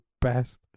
best